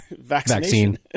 vaccine